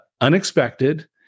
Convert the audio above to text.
unexpected